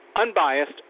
unbiased